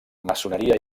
maçoneria